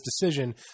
decision